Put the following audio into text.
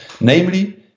namely